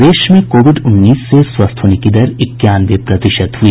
प्रदेश में कोविड उन्नीस से स्वस्थ होने की दर इक्यानवे प्रतिशत हुई